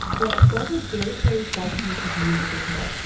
well, those are various ways guys can listen to music in here.